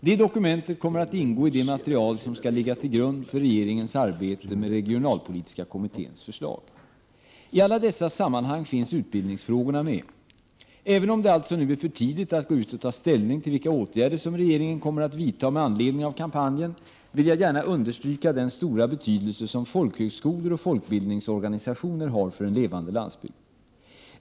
Detta dokument kommer att ingå i det material som skall ligga till grund för regeringens arbete med regionalpolitiska kommitténs förslag. I alla dessa sammanhang finns utbildningsfrågorna med. Även om det alltså nu är för tidigt att gå ut och ta ställning till vilka åtgärder som regeringen kommer att vidta med anledning av kampanjen vill jag gärna understryka den stora betydelse som folkhögskolor och folkbildningsorganisationer har för en levande landsbygd.